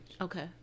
okay